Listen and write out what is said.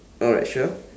alright sure